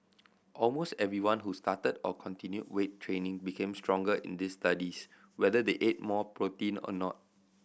almost everyone who started or continued weight training became stronger in these studies whether they ate more protein or not